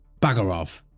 Bagarov